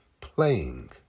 playing